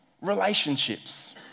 relationships